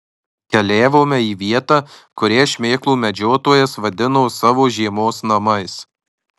keliavome į vietą kurią šmėklų medžiotojas vadino savo žiemos namais